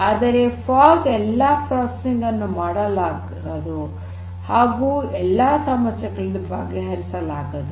ಆದರೆ ಫಾಗ್ ಎಲ್ಲಾ ಪ್ರೊಸೆಸಿಂಗ್ ಅನ್ನು ಮಾಡಲಾರದು ಹಾಗು ಎಲ್ಲಾ ಸಮಸ್ಯೆಗಳನ್ನು ಬಗೆಹರಿಸಲಾರದು